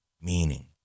Meaning